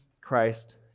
Christ